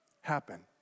happen